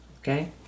Okay